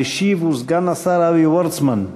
המשיב הוא סגן השר אבי וורצמן.